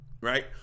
Right